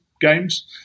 games